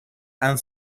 and